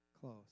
close